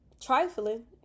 trifling